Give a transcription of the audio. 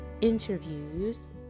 interviews